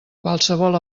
qualsevol